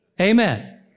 Amen